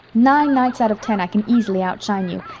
nine nights out of ten i can easily outshine you.